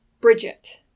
Bridget